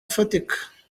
ifatika